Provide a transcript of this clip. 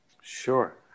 Sure